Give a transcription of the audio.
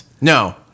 No